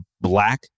black